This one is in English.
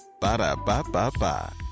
Ba-da-ba-ba-ba